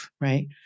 right